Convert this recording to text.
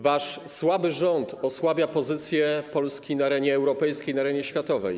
Wasz słaby rząd osłabia pozycję Polski na arenie europejskiej, na arenie światowej.